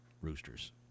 roosters